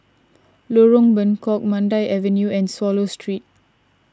Lorong Bengkok Mandai Avenue and Swallow Street